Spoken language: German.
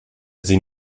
sie